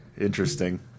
Interesting